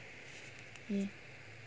mm